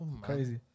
Crazy